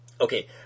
okay